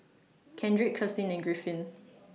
Kendrick Kirstin and Griffin